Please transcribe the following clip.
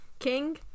King